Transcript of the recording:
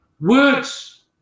Words